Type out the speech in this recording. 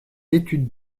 études